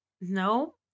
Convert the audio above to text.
No